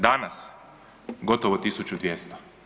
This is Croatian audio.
Danas gotovo 1200.